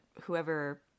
whoever